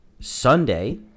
sunday